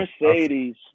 Mercedes